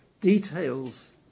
details